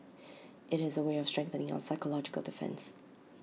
IT is A way of strengthening our psychological defence